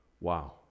Wow